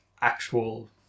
actual